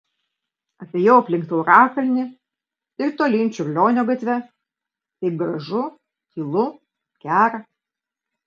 apėjau aplink taurakalnį ir tolyn čiurlionio gatve taip gražu tylu gera